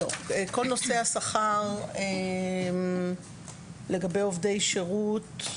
כל נושא השכר לגבי עובדי שירות,